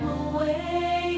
away